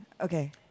Okay